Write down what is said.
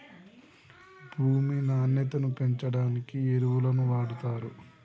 భూమి నాణ్యతను పెంచడానికి ఎరువులను వాడుతారు